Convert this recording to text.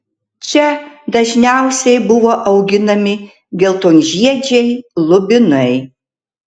čia dažniausiai buvo auginami geltonžiedžiai lubinai